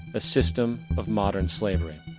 a system of modern slavery.